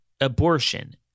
abortion